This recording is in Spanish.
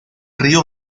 río